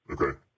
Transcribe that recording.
Okay